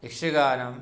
यक्षगानं